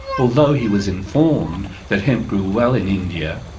although he was informed that hemp grew well in india,